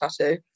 tattoo